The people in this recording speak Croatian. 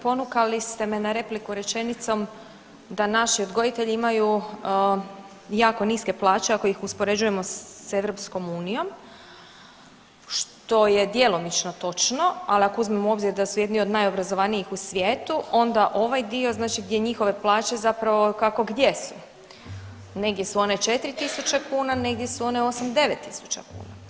Kolega RAdolović, ponukali ste me na repliku rečenicom da naši odgojitelji imaju jako niske plaće ako ih uspoređujemo sa EU, što je djelomično točno, ali ako uzmemo u obzir da su jedni od najobrazovanijih u svijetu onda ovaj dio gdje njihove plaće zapravo kako gdje su, negdje su one 4.000 kuna, negdje su one 8, 9.000 kuna.